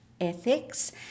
ethics